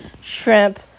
shrimp